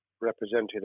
represented